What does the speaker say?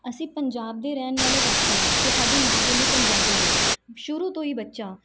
ਅਸੀਂ ਪੰਜਾਬ ਦੇ ਰਹਿਣ ਵਾਲੇ ਵਾਸੀ ਹਾਂ ਅਤੇ ਸਾਡੀ ਮਾਂ ਬੋਲੀ ਪੰਜਾਬੀ ਹੈ ਸ਼ੁਰੂ ਤੋਂ ਹੀ ਬੱਚਾ